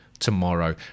tomorrow